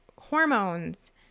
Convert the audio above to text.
hormones